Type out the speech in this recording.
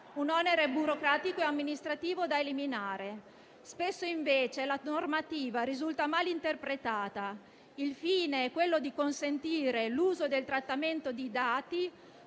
un onere burocratico e amministrativo da eliminare. Spesso, invece, la normativa risulta male interpretata. Il fine è consentire l'uso del trattamento di dati